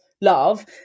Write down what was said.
love